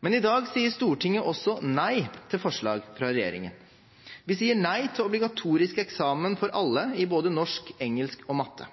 Men i dag sier Stortinget også nei til forslag fra regjeringen. Vi sier nei til obligatorisk eksamen for alle i både norsk, engelsk og matte.